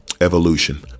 evolution